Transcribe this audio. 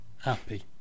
happy